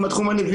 בבית משפט לנוער,